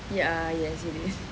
ya yes he did